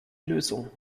lösung